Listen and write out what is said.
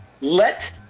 Let